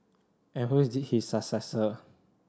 and who is his successor